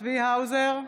צבי האוזר,